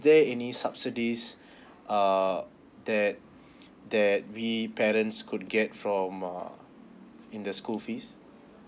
there is any subsidies uh that that we parents could get from err in the school fees